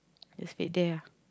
just wait there ah